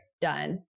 done